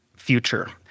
future